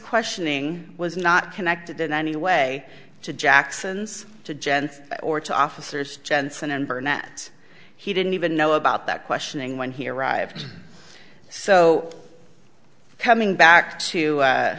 questioning was not connected in any way to jackson's to gents or to officers jensen and burnett he didn't even know about that questioning when he arrived so coming back to